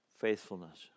faithfulness